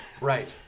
Right